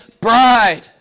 bride